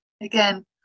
Again